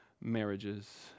marriages